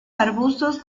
arbustos